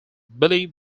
billy